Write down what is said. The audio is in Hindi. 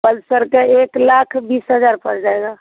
पल्सर के एक लाख बीस हज़ार पड़ जाएगा